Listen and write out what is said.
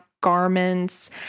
garments